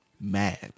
mad